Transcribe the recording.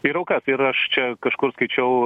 ir aukas ir aš čia kažkur skaičiau